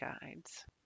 guides